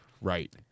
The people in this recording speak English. Right